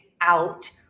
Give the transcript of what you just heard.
out